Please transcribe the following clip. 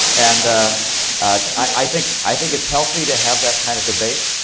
and i think i think it's healthy to have that kind of debate.